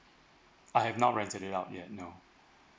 I have not rented it out yet no